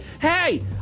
Hey